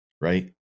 right